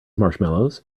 marshmallows